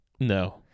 No